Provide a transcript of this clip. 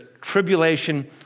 tribulation